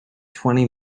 twenty